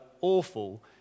awful